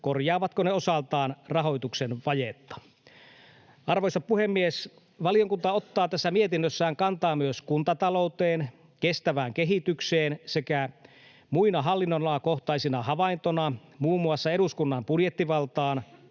korjaavatko ne osaltaan rahoituksen vajetta. Arvoisa puhemies! Valiokunta ottaa tässä mietinnössään kantaa myös kuntatalouteen, kestävään kehitykseen sekä muina hallinnonalakohtaisina havaintoina muun muassa eduskunnan budjettivaltaan,